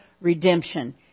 redemption